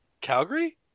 Calgary